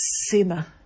sinner